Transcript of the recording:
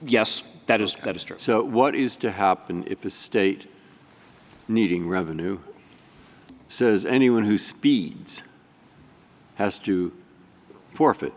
is that is what is to happen if a state needing revenue says anyone who speeds has to forfeit